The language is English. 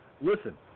Listen